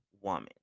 woman